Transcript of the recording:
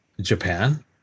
Japan